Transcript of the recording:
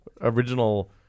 original